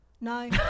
No